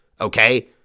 okay